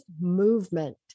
movement